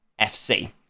FC